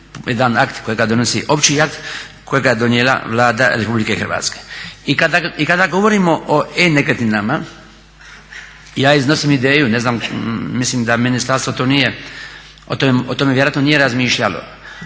jedan akt kojega donosi opći akt kojega je donijela Vlada Republike Hrvatske. I kada govorimo o e-nekretninama, ja iznosim ideju, mislim da ministarstvo to nije, o tome vjerojatno nije razmišljalo.